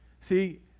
See